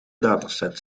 dataset